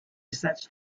such